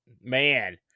man